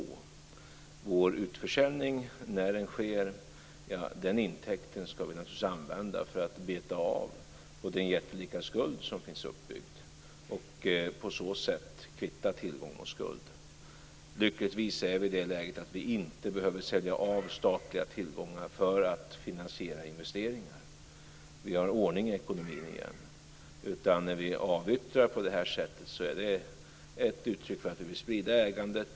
Intäkten från vår utförsäljning, när den sker, ska vi naturligtvis använda för att beta av på den jättelika skuld som finns uppbyggd och på så sätt kvitta tillgång och skuld. Lyckligtvis är vi i det läget att vi inte behöver sälja av statliga tillgångar för att finansiera investeringar. Vi har ordning i ekonomin igen. När vi avyttrar på det här sättet är det ett uttryck för att vi vill sprida ägandet.